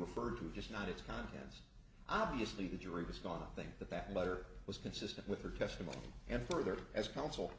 referred to just not its contents obviously the jury was gone i think that that letter was consistent with her testimony and further as counsel